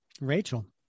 Rachel